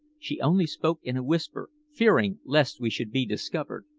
she only spoke in a whisper, fearing lest we should be discovered.